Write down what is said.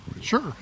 Sure